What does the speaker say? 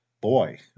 boy